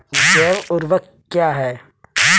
जैव ऊर्वक क्या है?